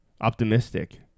optimistic